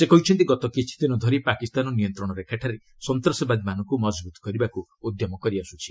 ସେ କହିଛନ୍ତି ଗତ କିଛିଦିନ ଧରି ପାକିସ୍ତାନ ନିୟନ୍ତ୍ରଣ ରେଖାଠାରେ ସନ୍ତାସବାଦୀମାନଙ୍କୁ ମକଭୂତ କରିବାକୁ ଉଦ୍ୟମ କରିଆସୁଛି